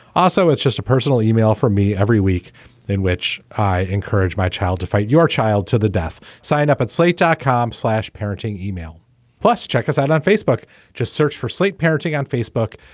also, it's just a personal email for me every week in which i encourage my child to fight your child to the death. sign up at slate dot com, slash parenting email plus check us out on facebook just search for slate parenting on facebook.